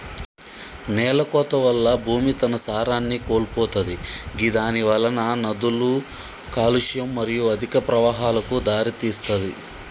నేలకోత వల్ల భూమి తన సారాన్ని కోల్పోతది గిదానివలన నదుల కాలుష్యం మరియు అధిక ప్రవాహాలకు దారితీస్తది